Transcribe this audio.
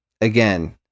again